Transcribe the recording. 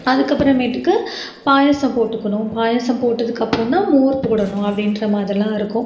அதுக்கப்புறமேட்டுக்கு பாயாசம் போட்டுக்கணும் பாயாசம் போட்டதுக்கு அப்புறம்தான் மோர் போடணும் அப்படின்ற மாதிரிலாம் இருக்கும்